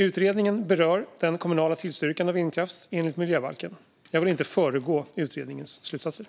Utredningen berör den kommunala tillstyrkan av vindkraft enligt miljöbalken. Jag vill inte föregå utredningens slutsatser.